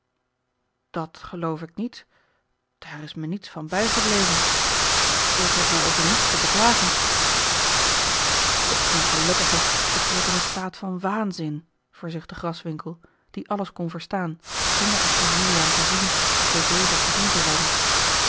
dat geloof ik niet daar is me niets van bijgebleven ik heb mij over niets te beklagen de ongelukkige verkeert in een staat van waanzin verzuchtte graswinckel die alles kon verstaan zonder echter juliaan te zien of door dezen gezien te worden